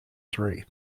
three